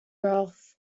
ralph